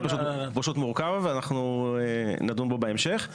פשוט מורכב, ואנחנו נדון בו בהמשך.